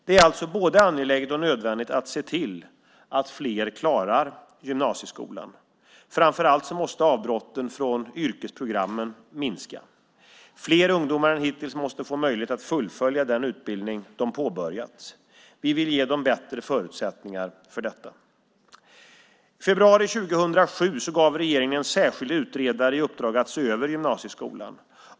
Det är alltså både angeläget och nödvändigt att se till att fler klarar gymnasieskolan. Framför allt måste avbrotten från yrkesprogrammen minska. Fler ungdomar än hittills måste få möjlighet att fullfölja den utbildning de påbörjat. Vi vill ge dem bättre förutsättningar för detta. I februari 2007 gav regeringen en särskild utredare i uppdrag att se över gymnasieskolan.